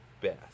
best